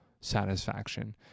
satisfaction